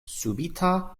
subita